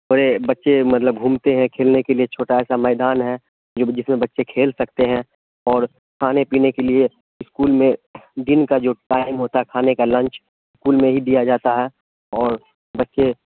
تھوڑے بچے مطلب گھومتے ہیں کھیلنے کے لیے چھوٹا ایسا میدان ہے جب جس میں بچے کھیل سکتے ہیں اور کھانے پینے کے لیے اسکول میں دن کا جو ٹائم ہوتا ہے کھانے کا لنچ اسکول میں ہی دیا جاتا ہے اور بچے